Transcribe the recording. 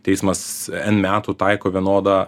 teismas n metų taiko vienodą